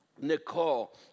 Nicole